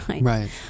Right